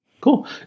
Cool